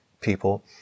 people